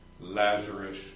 Lazarus